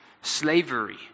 slavery